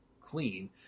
clean